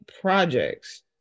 projects